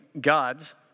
gods